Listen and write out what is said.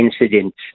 incidents